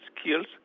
skills